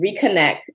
reconnect